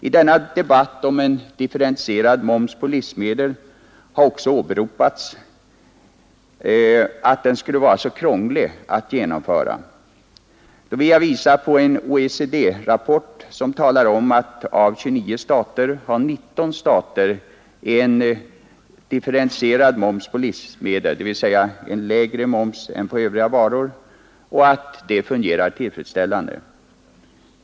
I denna debatt om en differentierad moms på livsmedel har också åberopats att en sådan åtgärd skulle vara krånglig att genomföra, men då vill jag visa på en OECD-rapport som talar om att av 29 stater har 19 stater en differentierad moms, som är lägre på livsmedel än på övriga varor, och att detta fungerar tillfredsställande.